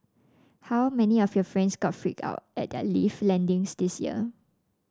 how many of your friends got freaked out at their lift landings this year